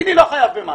חייב במע"מ.